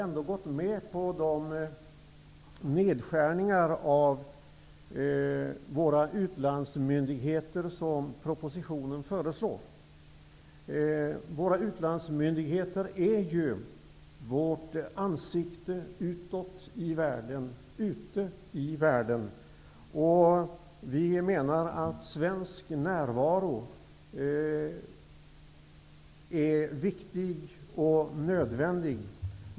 Vi har gått med på de nedskärningar för våra utlandsmyndigheter som föreslås i propositionen. Våra utlandsmyndigheter är vårt ansikte utåt i världen. Vi menar att svensk närvaro är viktig och nödvändig.